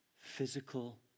physical